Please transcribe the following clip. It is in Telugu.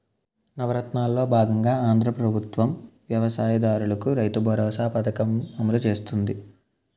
నవరత్నాలలో బాగంగా ఆంధ్రా ప్రభుత్వం వ్యవసాయ దారులకు రైతుబరోసా పథకం అమలు చేస్తుంది